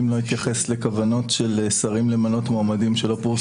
לאחרונה פורסמו פרסומים שונים על כוונות שונות למנות מינוי לממלא מקום